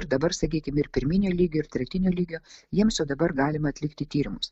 ir dabar sakykim ir pirminio lygio ir tretinio lygio jiems jau dabar galima atlikti tyrimus